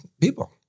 people